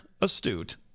astute